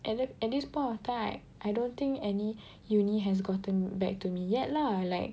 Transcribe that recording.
at this at this point of time I don't think any uni has gotten back to me yet lah like